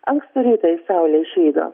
ankstų rytą ji saulę išvydo